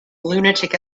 lunatic